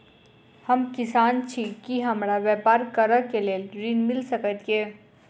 हम किसान छी की हमरा ब्यपार करऽ केँ लेल ऋण मिल सकैत ये?